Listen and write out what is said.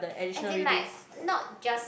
as in like not just